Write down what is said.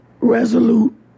resolute